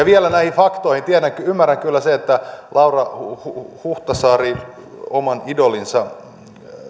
vielä näihin faktoihin ymmärrän kyllä sen että laura huhtasaari oman idolinsa